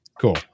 cool